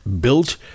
built